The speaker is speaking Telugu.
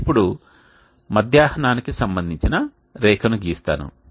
ఇప్పుడు మధ్యాహ్నానికి సంబంధించిన రేఖను గీస్తాను